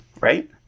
Right